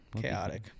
chaotic